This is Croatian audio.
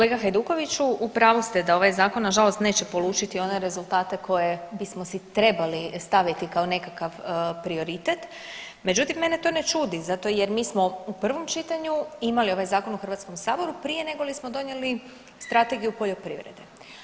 Kolega Hajdukoviću u pravu ste da ovaj zakon nažalost neće polučiti one rezultate koje bismo si trebali staviti kao nekakav prioritet, međutim mene to ne čudi zato jer mi smo u prvom čitanju imali ovaj zakon u HS-u prije negoli smo donijeli Strategiju poljoprivrede.